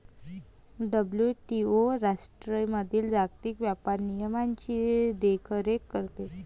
WTO राष्ट्रांमधील जागतिक व्यापार नियमांची देखरेख करते